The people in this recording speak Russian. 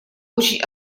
очень